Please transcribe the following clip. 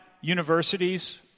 universities